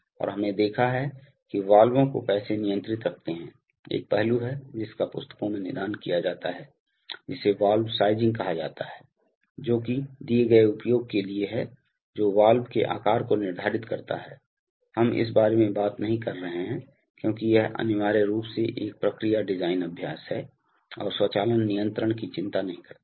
और हमने देखा है कि वाल्वों को कैसे नियंत्रित रखते है एक पहलू है जिसका पुस्तकों में निदान किया जाता है जिसे वाल्व साइजिंग कहा जाता है जो कि दिए गए उपयोग के लिए है जो वाल्व के आकार को निर्धारित करता है हम इस बारे में बात नहीं कर रहे हैं क्योंकि यह अनिवार्य रूप से एक प्रक्रिया डिजाइन अभ्यास है और स्वचालन नियंत्रण की चिंता नहीं करता है